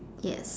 yes